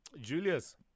Julius